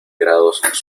grados